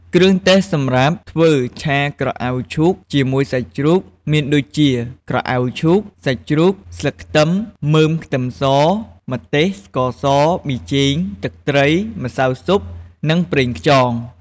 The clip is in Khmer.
គ្រឿងទេសសម្រាប់ធ្វើឆាក្រអៅឈូកជាមួយសាច់ជ្រូកមានដូចជា ក្រអៅឈូក សាច់ជ្រូក ស្លឹកខ្ទឹម មើមខ្ទឹមស ម្ទេស ស្ករស ប៊ីចេង ទឹកត្រី ម្សៅស៊ុប និងប្រេងខ្យង។